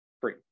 free